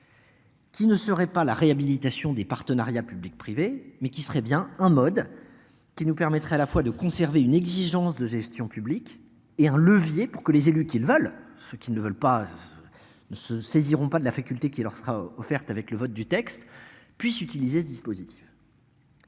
Qui ne serait pas la réhabilitation des partenariats public-privé mais qui serait bien un mode qui nous permettrait à la fois de conserver une exigence de gestion publique et un levier pour que les élus qu'ils veulent, ceux qui ne veulent pas. Se saisiront, pas de la faculté qui leur sera offerte avec le vote du texte puisse utiliser ce dispositif.